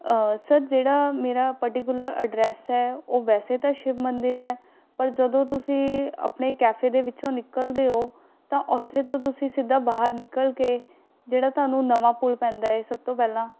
sir ਜਿਹੜਾ ਮੇਰਾ particular address ਹੈ ਉਹ ਵੈਸੇ ਤਾਂ ਸ਼ਿਵ ਮੰਦਰ ਹੈ ਪਰ ਜਦੋਂ ਤੁਸੀਂ ਆਪਣੇ ਕੈਫੇ ਦੇ ਵਿੱਚੋਂ ਨਿਕਲਦੇ ਹੋ ਤਾਂ ਉੱਥੇ ਤੋਂ ਤੁਸੀ ਸਿੱਧਾ ਬਾਹਰ ਨਿਕਲ ਕੇ ਜਿਹੜਾ ਤੁਹਾਨੂੰ ਨਵਾਂ ਪੁਲ ਪੈਂਦਾ ਹੈ ਸਭ ਤੋਂ ਪਹਿਲਾਂ